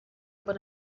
able